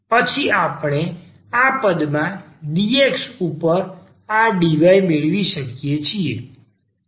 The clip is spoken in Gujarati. પછી આપણે હવે આ પદમાં dx ઉપર આ dy મેળવી શકીએ છીએ